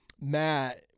Matt